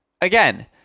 Again